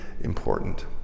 important